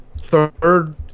third